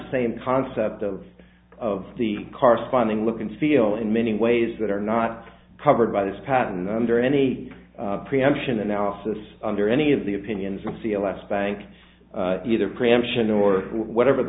same concept of of the corresponding look and feel in many ways that are not covered by this patent under any preemption analysis under any of the opinions in c l s bank either preemption or whatever the